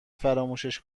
فراموشش